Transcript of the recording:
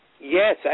Yes